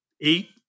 eight